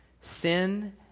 sin